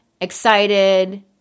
excited